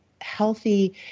healthy